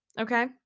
okay